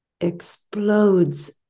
explodes